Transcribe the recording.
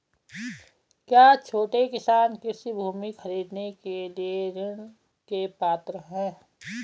क्या छोटे किसान कृषि भूमि खरीदने के लिए ऋण के पात्र हैं?